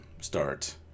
start